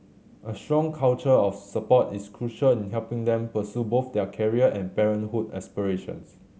a strong culture of support is crucial in helping them pursue both their career and parenthood aspirations